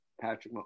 Patrick